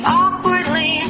awkwardly